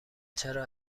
چرا